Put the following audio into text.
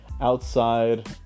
outside